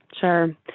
sure